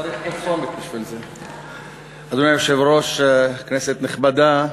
אדוני היושב-ראש, כנסת נכבדה,